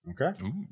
Okay